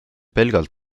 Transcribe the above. pelgalt